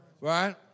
Right